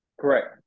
Correct